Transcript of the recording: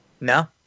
No